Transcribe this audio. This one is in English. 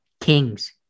kings